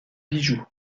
bijoux